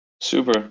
Super